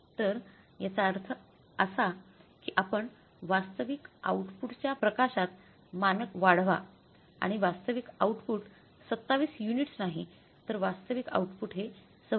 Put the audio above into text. तर याचा अर्थ असा की आपण वास्तविक आउटपुटच्या प्रकाशात मानक वाढवा आणि वास्तविक आउटपुट 27 युनिट्स नाही तर वास्तविक आउटपुट हे 26